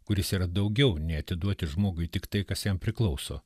kuris yra daugiau nei atiduoti žmogui tiktai kas jam priklauso